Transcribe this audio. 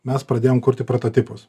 mes pradėjom kurti prototipus